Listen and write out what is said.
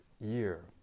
year